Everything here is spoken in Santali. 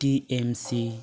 T M C